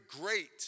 great